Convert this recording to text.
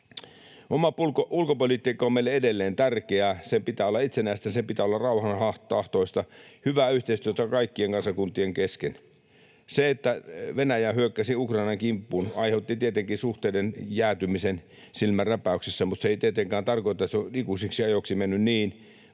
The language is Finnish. Oma ulkopolitiikka on meille edelleen tärkeää. Sen pitää olla itsenäistä, sen pitää olla rauhantahtoista, hyvää yhteistyötä kaikkien kansakuntien kesken. Se, että Venäjä hyökkäsi Ukrainan kimppuun, aiheutti tietenkin suhteiden jäätymisen silmänräpäyksessä, mutta se ei tietenkään tarkoita, että se on ikuisiksi ajoiksi mennyt niin,